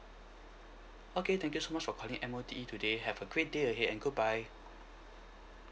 okay thank you so much for calling M_O_E today have a great day ahead and goodbye